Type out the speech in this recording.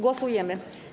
Głosujemy.